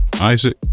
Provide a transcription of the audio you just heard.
Isaac